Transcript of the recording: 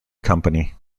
company